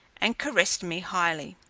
and caressed me highly.